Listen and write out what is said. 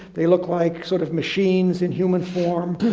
they look like sort of machines in human form,